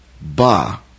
Ba